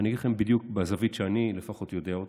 ואגיד לכם בדיוק מהזווית שאני לפחות יודע,